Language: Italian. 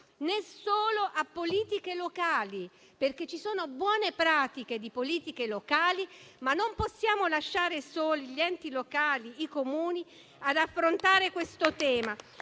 né solo a politiche locali, perché ci sono buone pratiche di politiche locali, ma non possiamo lasciare soli gli enti locali, i Comuni, ad affrontare questo tema.